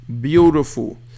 Beautiful